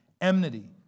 enmity